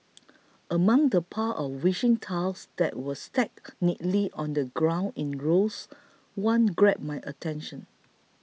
among the pile of wishing tiles that were stacked neatly on the ground in rows one grabbed my attention